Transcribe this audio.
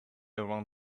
among